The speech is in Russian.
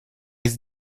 есть